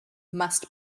must